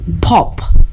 Pop